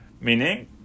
meaning